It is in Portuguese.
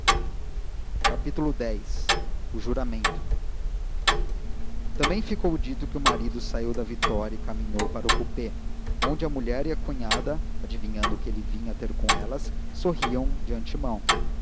dito x o juramento também ficou dito que o marido saiu da vitória e caminhou para o coupé onde a mulher e a cunhada adivinhando que ele vinha ter com elas sorriam de antemão